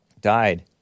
died